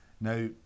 now